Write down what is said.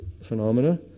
phenomena